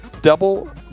double